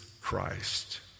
Christ